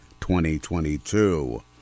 2022